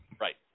right